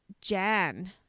Jan